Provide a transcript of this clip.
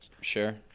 Sure